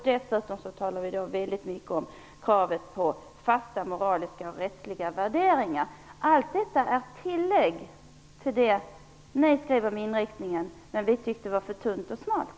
Dessutom talar vi väldigt mycket om kravet på fasta moraliska och rättsliga värderingar. Allt detta är tillägg till det ni skrev om inriktningen men som vi tyckte var för tunt och snålt.